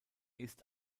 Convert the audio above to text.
ist